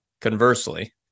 conversely